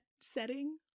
setting